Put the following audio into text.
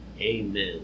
Amen